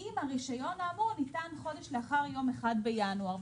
אם הרישיון האמור ניתן חודש לאחר יום 1 בינואר.